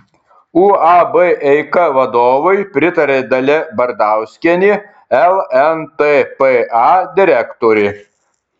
uab eika vadovui pritaria dalia bardauskienė lntpa direktorė